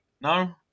No